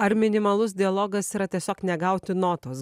ar minimalus dialogas yra tiesiog negauti notos